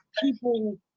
people